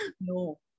No